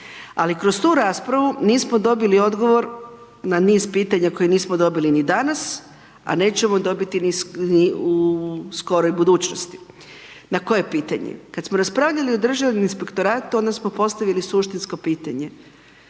Ali kroz tu raspravu nismo dobili odgovor na niz pitanja koja nismo dobili ni danas, a nećemo dobiti ni u skoroj budućnosti. Na koje pitanje? Kad smo raspravljali o Državnom inspektoratu onda smo postavili suštinsko pitanje,